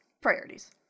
Priorities